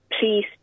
please